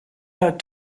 out